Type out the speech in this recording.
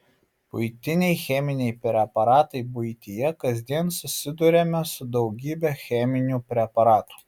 buitiniai cheminiai preparatai buityje kasdien susiduriame su daugybe cheminių preparatų